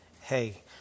Hey